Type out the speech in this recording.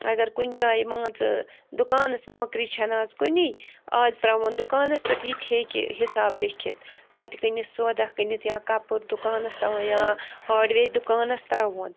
اگر کُنہِ جایہِ مان ژٕ دُکانس نوکری چھَنہٕ اَز کُنی اَز ترٛاوَن دُکانس پٮ۪ٹھ یہِ تہِ ہٮ۪کہِ حِساب لیٚکھِتھ تَتہِ کٕنہِ سوداہ کٕنِتھ یا کَپُر دُکانس تھاوان یا ہارڈویِر دُکانس ترٛاوہون